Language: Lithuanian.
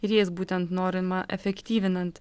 ir jais būtent norima efektyvinant